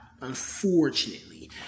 unfortunately